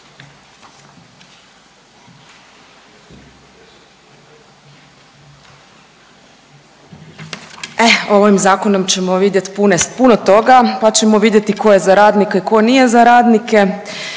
ovim zakonom ćemo vidjet puno toga, pa ćemo vidjeti ko je za radnike, ko nije za radnike.